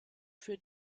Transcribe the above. für